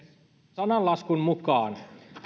sananlaskun mukaan